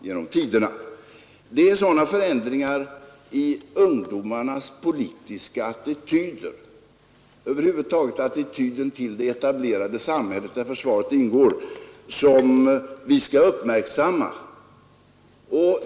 Det är över huvud taget sådana förändringar i ungdomarnas attityder till det etablerade samhället, där försvarsfrågan ingår, som vi skall uppmärksamma.